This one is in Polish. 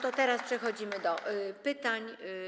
Teraz przechodzimy do pytań.